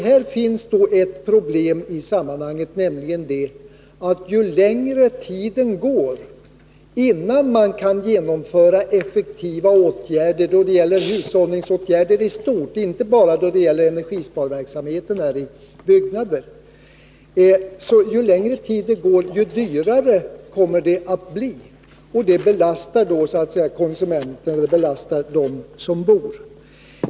Här finns då ett problem i sammanhanget, nämligen det att ju längre tiden går innan man kan genomföra effektiva åtgärder då det gäller hushållning i stort — inte bara då det gäller energisparande i byggnader — desto dyrare kommer det att bli, och det belastar konsumenterna, dvs. dem som bor.